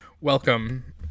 Welcome